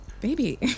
Baby